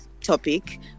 topic